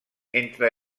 entre